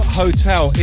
hotel